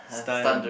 stun